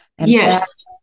Yes